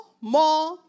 more